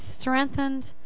strengthened